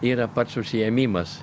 yra pats užsiėmimas